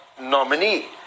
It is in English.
nominee